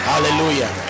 Hallelujah